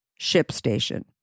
ShipStation